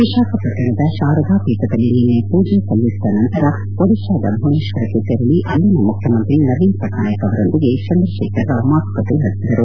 ವಿಶಾಖಪಟ್ಟಣದ ಶಾರದಾ ಪೀಠದಲ್ಲಿ ನಿನ್ನೆ ಮೂಜೆ ಸಲ್ಲಿಸಿದ ನಂತರ ಒಡಿಶಾದ ಭುವನೇಶ್ವರಕ್ಕೆ ತೆರಳಿ ಅಲ್ಲಿನ ಮುಖ್ಚಮಂತ್ರಿ ನವೀನ್ ಪಟ್ನಾಯಕ್ ಅವರೊಂದಿಗೆ ಚಂದ್ರತೇಖರ್ ರಾವ್ ಸಮಾಲೋಚನೆ ನಡೆಸಿದರು